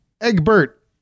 Egbert